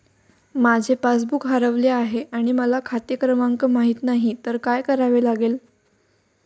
माझे पासबूक हरवले आहे आणि मला खाते क्रमांक माहित नाही तर काय करावे लागेल?